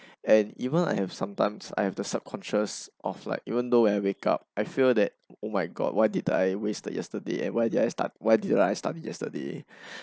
and even I have sometimes I have the subconscious of like even though when I wake up I feel that oh my god why did I wasted yesterday and why did I start why did I start yesterday